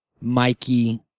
Mikey